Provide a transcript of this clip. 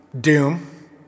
Doom